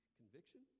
conviction